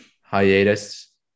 hiatus